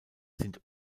sind